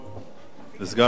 סגן השר כהן,